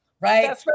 Right